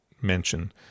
mention